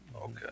okay